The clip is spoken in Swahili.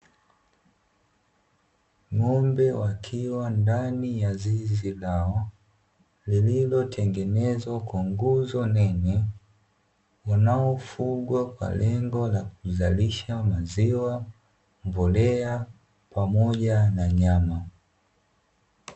Ng'ombe wakiwa ndani ya zizi lao lililotengenezwa kwa nguzo nene wanaofugwa kwa lengo la kuzalisha maziwa, mbolea, pamoja na nyama.